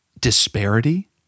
disparity